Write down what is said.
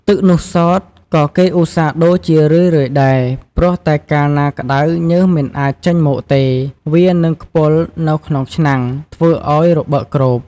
ទឹកនោះសោតក៏គេឧស្សាហ៍ដូរជារឿយៗដែរ ព្រោះតែកាលណាក្តៅញើសមិនអាចចេញមកទេ វានឹងខ្ពុលនៅក្នុងឆ្នាំងធ្វើឲ្យរបើកគ្រប។